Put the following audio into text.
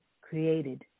created